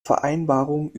vereinbarung